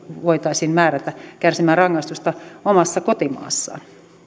voitaisiin määrätä kärsimään rangaistusta omassa kotimaassaan